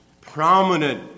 prominent